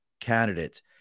candidates